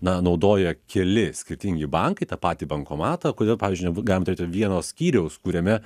na naudoja keli skirtingi bankai tą patį bankomatą kodėl pavyzdžiui negalime turėti vieno skyriaus kuriame